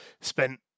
spent